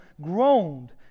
groaned